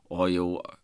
o jau